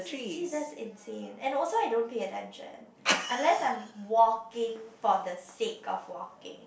see that's insane and also I don't pay attention unless I'm walking for the sake of walking